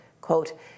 quote